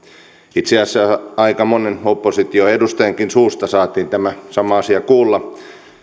itse asiassa aika monen oppositioedustajankin suusta saatiin tämä sama asia kuulla